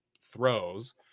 throws